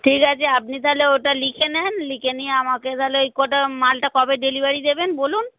ঠিক আছে আপনি তাহলে ওটা লিখে নেন লিখে নিয়ে আমাকে তাহলে ওই কটা মালটা কবে ডেলিভারি দেবেন বলুন